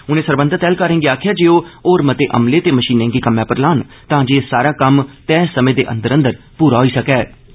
उनें सरबंधत ऐहलकारें गी आखेआ जे ओह् होर मते अमले ते मशीनें गी कम्मै पर लान तांजे एह् सारा कम्म तैय समें दे अंदर अंदर पूरा करी लैता जा